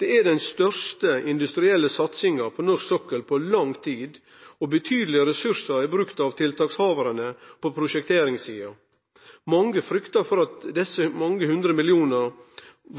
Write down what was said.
Det er den største industrielle satsinga på norsk sokkel på lang tid, og betydelege ressursar er brukte av tiltakshavarane på prosjekteringssida. Mange frykta for at desse mange hundre millionane